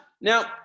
Now